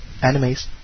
Animes